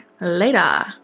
later